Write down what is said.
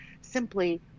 simply